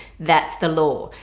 that's the law.